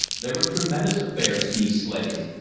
they were tremendous affairs, these sleighs,